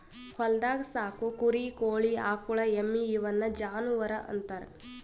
ಹೊಲ್ದಾಗ್ ಸಾಕೋ ಕುರಿ ಕೋಳಿ ಆಕುಳ್ ಎಮ್ಮಿ ಇವುನ್ ಜಾನುವರ್ ಅಂತಾರ್